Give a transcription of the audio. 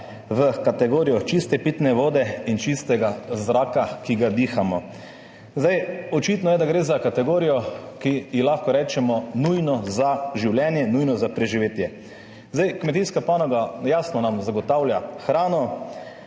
v kategorijo čiste pitne vode in čistega zraka, ki ga dihamo. Zdaj, očitno je, da gre za kategorijo, ki ji lahko rečemo nujno za življenje, nujno za preživetje. Zdaj kmetijska panoga, jasno nam zagotavlja hrano,